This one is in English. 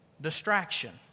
distraction